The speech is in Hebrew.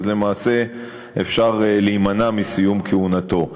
למעשה אפשר להימנע מסיום כהונתו.